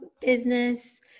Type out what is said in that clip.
business